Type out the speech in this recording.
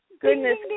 goodness